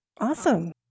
Awesome